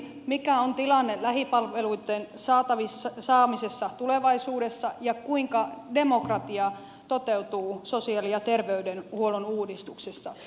mikä on tilanne lähipalveluitten saamisessa tulevaisuudessa ja kuinka demokratia toteutuu sosiaali ja terveydenhuollon uudistuksessa